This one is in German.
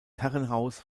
herrenhaus